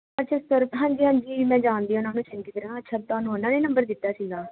ਅੱਛਾ ਸਰ ਹਾਂਜੀ ਹਾਂਜੀ ਮੈਂ ਜਾਣਦੀ ਹਾਂ ਉਹਨਾਂ ਨੂੰ ਚੰਗੀ ਤਰ੍ਹਾਂ ਅੱਛਾ ਤੁਹਾਨੂੰ ਉਹਨਾਂ ਨੇ ਨੰਬਰ ਦਿੱਤਾ ਸੀਗਾ